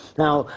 now,